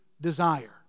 desire